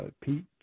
Pete